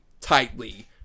tightly